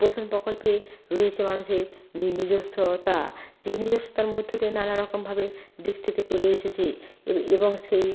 পোষণ প্রকল্পে রয়েছে মানুষের নিজস্বতা যে নিজস্বতার মধ্যে দিয়ে নানা রকমভাবে দিক থেকে চলে এসেছে এবং সেই